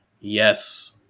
yes